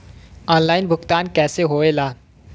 Online भुगतान कैसे होए ला?